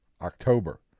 October